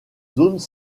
zones